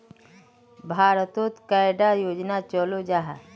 भारत तोत कैडा योजना चलो जाहा?